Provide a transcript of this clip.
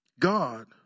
God